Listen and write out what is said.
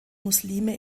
muslime